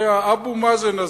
זה אבו מאזן הזה,